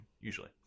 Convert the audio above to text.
usually